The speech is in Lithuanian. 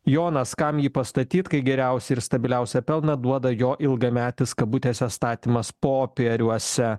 jonas kam jį pastatyt kai geriausią ir stabiliausią pelną duoda jo ilgametis kabutėse statymas popieriuose